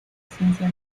eficiencia